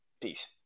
Peace